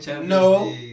No